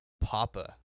Papa